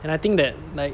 and I think that like